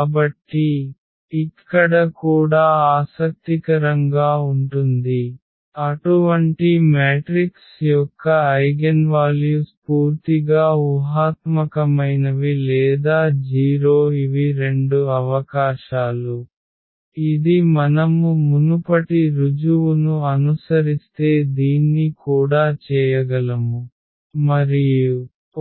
కాబట్టి ఇక్కడ కూడా ఆసక్తికరంగా ఉంటుంది అటువంటి మ్యాట్రిక్స్ యొక్క ఐగెన్వాల్యుస్ పూర్తిగా ఊహాత్మకమైనవి లేదా 0 ఇవి రెండు అవకాశాలు ఇది మనము మునుపటి రుజువును అనుసరిస్తే దీన్ని కూడా చేయగలము మరియు